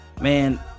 Man